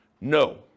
No